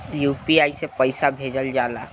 UPI से पईसा भेजल जाला का?